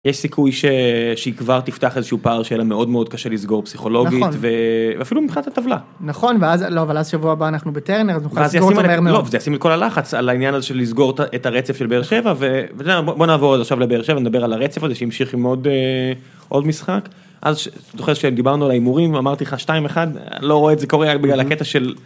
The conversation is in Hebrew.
- יש סיכוי שהיא כבר תפתח איזשהו פער שיהיה לה מאוד מאוד קשה לסגור פסיכולוגית - נכון - אה... ואפילו מבחינת הטבלה. - נכון, ואז, לא, אבל אז שבוע הבא אנחנו בטרנר אז אנחנו יכולים לסגור מהר מאוד. - זה ישים את כל הלחץ על העניין הזה של לסגור את הרצף של באר שבע, ויודע מה - בוא נעבור עכשיו לבאר שבע נדבר על הרצף הזה שהמשיך עם עוד משחק. אז זוכר שדיברנו על ההימורים אמרתי לך 2-1 לא רואה את זה קורה בגלל הקטע של...